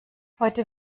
heute